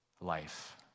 Life